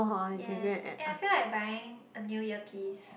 yes eh I feel like buying a new earpiece